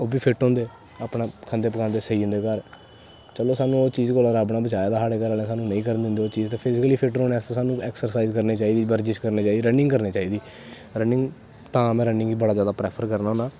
ओह् बी फिट्ट होंदे खंदे बनांदे सेई जंदे घर चलो एह् चीज़ तो रब्ब नै बचाए दा साढ़े घर आह्ले नेंई करन दिंदे ओह् चीज़ ते फिजिकली फिट्ट रौह्ने आस्तै सैह्नू ऐक्स्रसाईज़ करनी चाही दी बर्जिश करनी चाही दी रनिंग करनी चाही दी रनिंग तां में रनिंग गी बड़ा जादा प्रैफर करना होनां